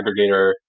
aggregator